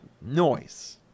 Noise